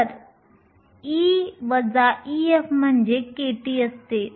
तर E Ef म्हणजेच kT असते